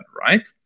right